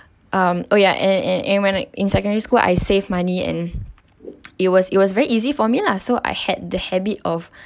um oh yeah and and and when I in secondary school I save money and it was it was very easy for me lah so I had the habit of